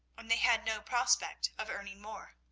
and they had no prospect of earning more.